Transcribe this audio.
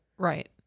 Right